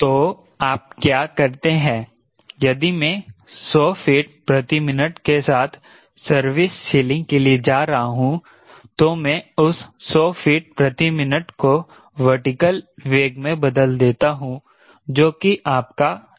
तो आप क्या करते हैं यदि मैं सौ फीट प्रति मिनट के साथ सर्विस सीलिंग के लिए जा रहा हूं तो मैं उस सौ फीट प्रति मिनट को वर्टिकल वेग में बदल देता हूं जो कि आपका क्लाइंब रेट है